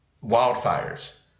wildfires